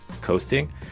coasting